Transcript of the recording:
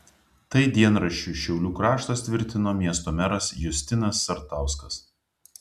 tai dienraščiui šiaulių kraštas tvirtino miesto meras justinas sartauskas